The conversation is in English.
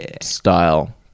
style